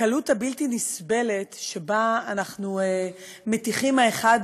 הקלות הבלתי-נסבלת שבה אנחנו מטיחים האחד